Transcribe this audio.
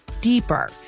deeper